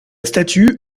statue